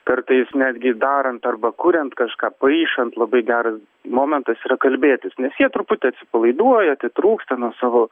kartais netgi darant arba kuriant kažką paišant labai geras momentas yra kalbėtis nes jie truputį atsipalaiduoja atitrūksta nuo savo